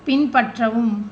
பின்பற்றவும்